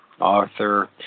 Arthur